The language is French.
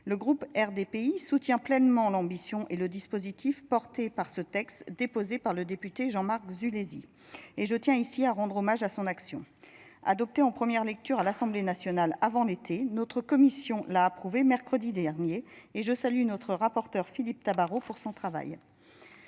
Le groupe D P I soutient pleinement l'ambition et le dispositif porté par ce texte déposé par le député Jean Marc Zuléma à son action adoptée en 1ʳᵉ lecture à l'assemblée nationale avant l'été. Notre commission l'a approuvé mercredi dernier et je salue notre rapporteur, Philippe Tabar pour son travail.